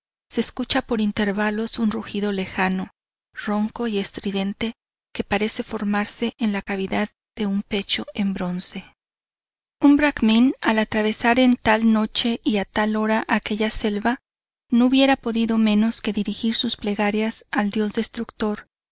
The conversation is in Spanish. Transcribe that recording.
se escucha por intervalos un rugido lejano ronco y estridente que parece formarse en la cavidad de un pecho en bronce un bracmin al atravesar en tal noche y a tal hora aquella selva no hubiera podido menos de dirigir sus plegarias al dios destructor